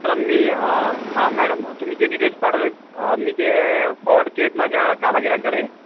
चला मी हां मॅडम तुम्ही जे डिटेल्स पाठवले आहेत मी ते फॉर्ड केत माझ्या कारागिरांकडे